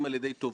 אציג דוגמה.